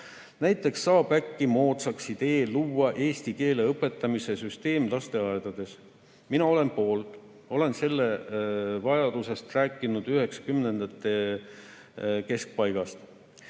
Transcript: Näiteks saab äkki moodsaks idee luua eesti keele õpetamise süsteem lasteaedades. Mina olen poolt, olen selle vajadusest rääkinud 1990-ndate keskpaigast.